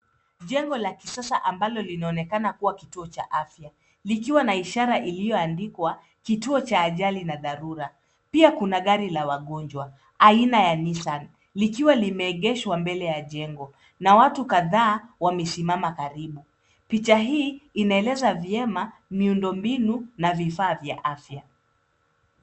Jengo la kisasa ambalo linaonekana kuwa kituo cha afya, likiwa na ishara iliyoandikwa kituo cha ajali na dharura. Pia kuna gari la wagonjwa aina ya Nissan, likiwa limeegeshwa mbele ya jengo na watu kadhaa wamesimama karibu. Picha hii inaeleza vyema miundo mbinu na vifaa vya afya.